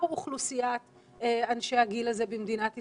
אוכלוסיית אנשי הגיל הזה במדינת ישראל.